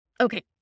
Okay